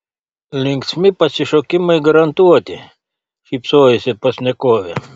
linksmi pasišokimai garantuoti šypsojosi pašnekovė